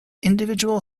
individual